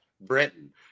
Britain